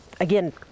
again